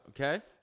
okay